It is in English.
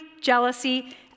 jealousy